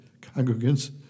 congregants